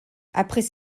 après